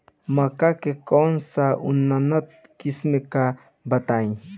मक्का के कौन सा उन्नत किस्म बा बताई?